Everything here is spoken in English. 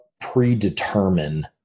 predetermine